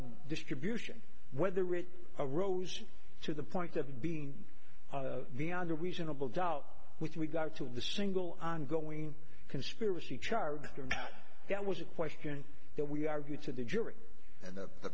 distribution whether it arose to the point of being beyond a reasonable doubt with regard to the single ongoing conspiracy charge that was a question that we argued to the jury and that the